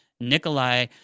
Nikolai